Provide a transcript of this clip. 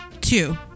Two